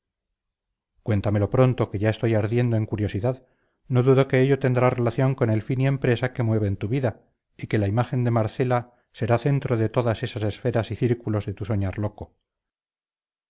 cuéntamelo pronto que ya estoy ardiendo en curiosidad no dudo que ello tendrá relación con el fin y empresa que mueven tu vida y que la imagen de marcela será centro de todas esas esferas y círculos de tu soñar loco